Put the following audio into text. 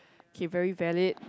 okay very valid